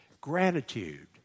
gratitude